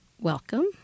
welcome